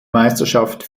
meisterschaft